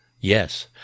Yes